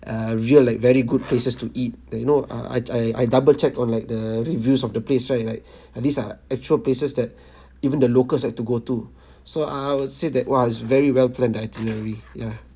a real like very good places to eat that you know uh I I I double checked on like the reviews of the place right like these are actual places that even the locals like to go to so I would say that !wah! it's very well planned the itinerary ya